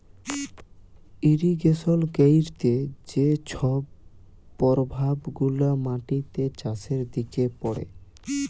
irrigation ক্যইরতে যে ছব পরভাব গুলা মাটিতে, চাষের দিকে পড়ে